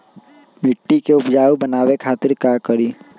मिट्टी के उपजाऊ बनावे खातिर का करी?